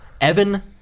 Evan